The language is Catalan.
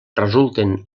resulten